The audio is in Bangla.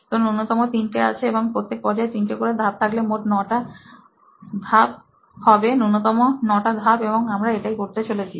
তো নূন্যতম 3 টে আছে এবং প্রত্যেক পর্যায় তিনটে করে ধাপ থাকলে মোট 9 তা ধাপ হবে নূন্যতম 9 টা ধাপ এবং আমরা এটাই করতে চলেছি